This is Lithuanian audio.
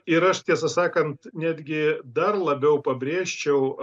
ir aš tiesą sakant netgi dar labiau pabrėžčiau